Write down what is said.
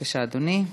בבקשה, אדוני.